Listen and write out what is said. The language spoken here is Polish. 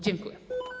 Dziękuję.